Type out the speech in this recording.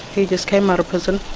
he just came out of prison.